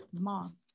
Mom